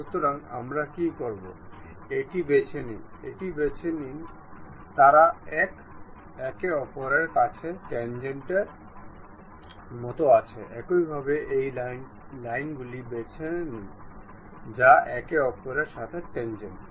সুতরাং আপনি এখানে পূর্বরূপটি দেখতে পারেন এটি এই এজের সাথে সারিবদ্ধ এবং একবার আমরা ক্লিক করার পরে এটি এর সাথে মিলিত হয়